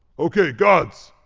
ok, gods,